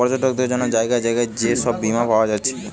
পর্যটকদের জন্যে জাগায় জাগায় যে সব বীমা পায়া যাচ্ছে